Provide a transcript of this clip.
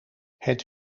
het